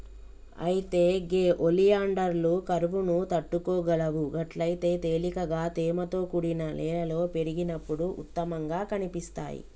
అయితే గే ఒలియాండర్లు కరువును తట్టుకోగలవు గట్లయితే తేలికగా తేమతో కూడిన నేలలో పెరిగినప్పుడు ఉత్తమంగా కనిపిస్తాయి